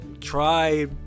try